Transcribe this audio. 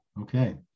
Okay